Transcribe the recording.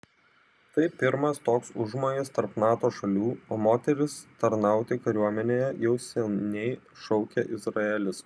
tai pirmas toks užmojis tarp nato šalių o moteris tarnauti kariuomenėje jau seniai šaukia izraelis